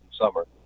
summer